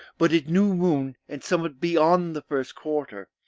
but at new moon, and somewhat beyond the first quarter,